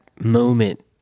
moment